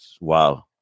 wow